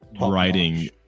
writing